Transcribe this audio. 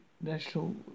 national